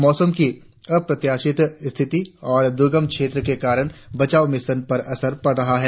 मौसम की अप्रत्याशित स्थितियों और दुर्गम क्षेत्र के कारण बचाव मिशन पर असर पड़ रहा है